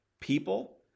People